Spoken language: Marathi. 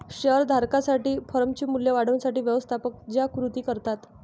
शेअर धारकांसाठी फर्मचे मूल्य वाढवण्यासाठी व्यवस्थापक ज्या कृती करतात